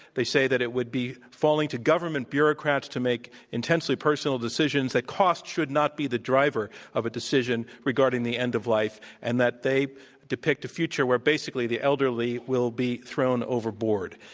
they say that it would be falling to government bureaucrats to make intensely personal decisions, that cost should not be the driver of a decision regarding the end of life, and that they depict a future where basically the elderly will be thrown overboard.